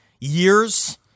years